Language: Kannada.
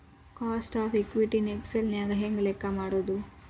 ಕಾಸ್ಟ್ ಆಫ್ ಇಕ್ವಿಟಿ ನ ಎಕ್ಸೆಲ್ ನ್ಯಾಗ ಹೆಂಗ್ ಲೆಕ್ಕಾ ಮಾಡೊದು?